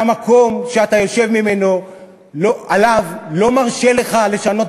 והמקום שאתה יושב עליו לא מרשה לך לשנות